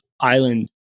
island